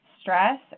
stress